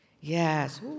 Yes